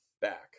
back